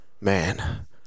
man